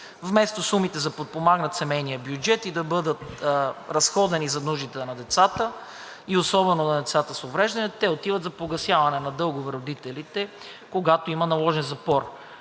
Вместо сумите да подпомогнат семейния бюджет и да бъдат разходени за нуждите на децата и особено на децата с увреждания, те отиват за погасяване на дългове, когато има наложен запор.